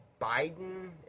Biden